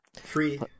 free